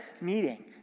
meeting